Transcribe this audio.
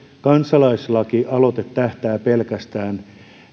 kansalaislakialoite tähtää pelkästään